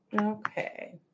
Okay